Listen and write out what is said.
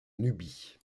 nubie